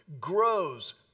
grows